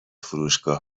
فروشگاه